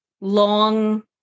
long